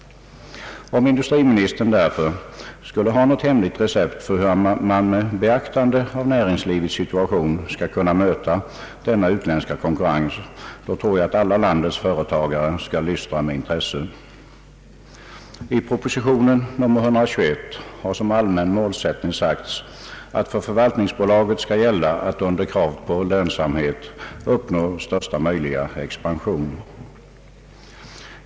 Om industriministern skulle ha något hemligt recept för hur man med beaktande av näringslivets situation skall kunna möta denna utländska konkurrens, tror jag alla landets företagare skall lystra med intresse. I propositionen 121 har som allmän målsättning sagts att för förvaltningsbolaget skall gälla att under krav på lönsamhet uppnå största möjliga expansion.